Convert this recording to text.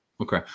Okay